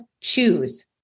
choose